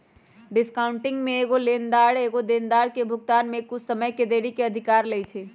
discounting में एगो लेनदार एगो देनदार के भुगतान में कुछ समय के देरी के अधिकार लेइ छै